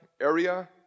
area